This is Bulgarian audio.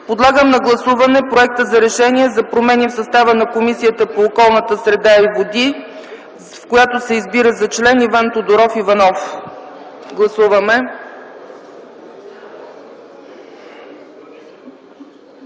Подлагам на гласуване Проекта за решение за промени в състава на Комисията по околната среда и водите, с което се избира за член Иван Тодоров Иванов. Гласуваме.